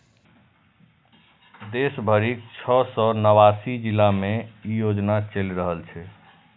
देश भरिक छह सय नवासी जिला मे ई योजना चलि रहल छै